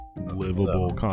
livable